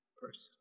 person